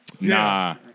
Nah